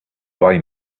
boy